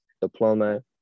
diploma